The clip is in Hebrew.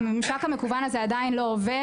הממשק המקוון הזה של הנהלת בתי המשפט עדיין לא עובד.